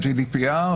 ה- GDPR,